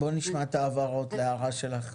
בואו נשמע את ההבהרות להערה לך.